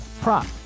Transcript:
prop